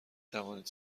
توانید